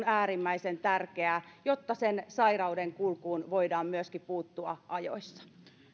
äärimmäisen tärkeää jotta sairauden kulkuun voidaan myöskin puuttua ajoissa